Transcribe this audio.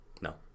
No